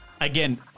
again